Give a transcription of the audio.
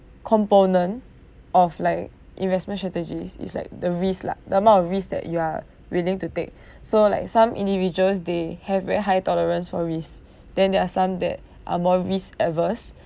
component of like investment strategies is like the risk lah the amount of risk that you are willing to take so like some individuals they have very high tolerance for risk then there are some that are more risk averse